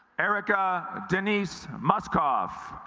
erica denis moskoff